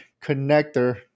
connector